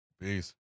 Peace